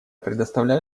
предоставляю